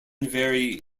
vary